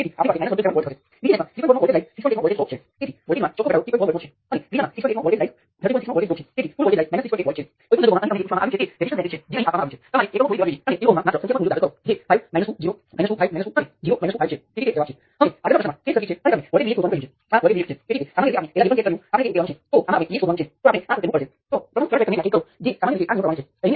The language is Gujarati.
તેથી આપણે તેમાં જતા પહેલા હું કેટલાક એક્સટ્રિમ છે અને તે જ બે પોર્ટનું વર્ણન કરે છે તે બધા શા માટે જરૂરી છે તેનું હું વર્ણન કરીશ કારણ કે કેટલાક એક્સટ્રિમ કેસોમાં કેટલીક સર્કિટ માત્ર એક દ્વારા રજૂ કરી શકાય છે અને અન્ય દ્વારા નહીં